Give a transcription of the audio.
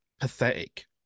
pathetic